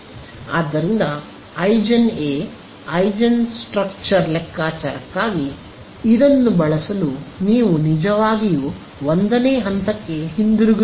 ಆದ್ದರಿಂದ eigen a eigen structure ಲೆಕ್ಕಾಚಾರಕ್ಕಾಗಿ ಇದನ್ನು ಬಳಸಲು ನೀವು ನಿಜವಾಗಿಯೂ ಒಂದನೇ ಹಂತಕ್ಕೆ ಹಿಂತಿರುಗುತ್ತೀರಿ